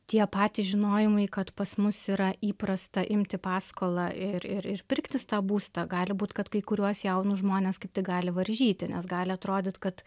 tie patys žinojimai kad pas mus yra įprasta imti paskolą ir ir ir pirktis tą būstą gali būt kad kai kuriuos jaunus žmones kaip tik gali varžyti nes gali atrodyt kad